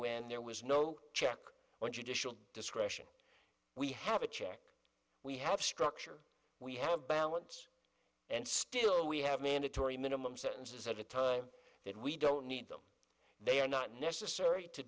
when there was no check when you digital discretion we have a check we have structure we have balance and still we have mandatory minimum sentences at a time that we don't they are not necessary to